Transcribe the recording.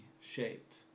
shaped